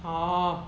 orh